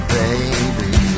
baby